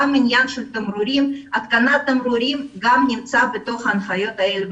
גם העניין של הצבת תמרורים נמצא בהנחיות אלה.